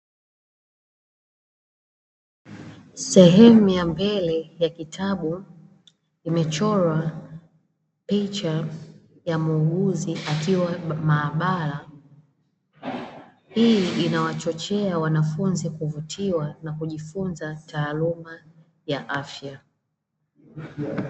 Sehemu ya mbele ya kitabu imechorwa picha ya muuguzi akiwa maabara, hii inawachochea wanafunzi kuvutiwa na kujifunza taaluma ya afya.